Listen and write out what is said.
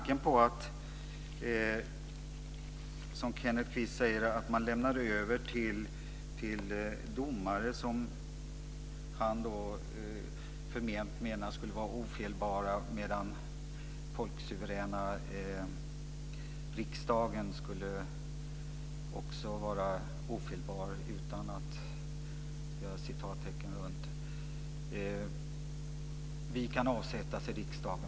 Kenneth Kvist säger att man lämnar över till domare som han förment menar skulle vara ofelbara medan folksuveräna riksdagen också skulle vara ofelbar, utan citattecken. Vi i riksdagen kan avsättas.